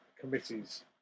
committees